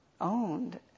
owned